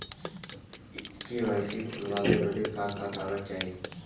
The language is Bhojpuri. के.वाइ.सी खोलवावे बदे का का कागज चाही?